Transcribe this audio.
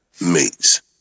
mates